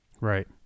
Right